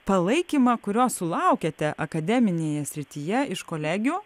palaikymą kurio sulaukiate akademinėje srityje iš kolegių